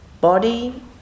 body